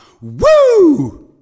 woo